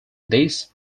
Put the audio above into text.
this